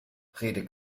rede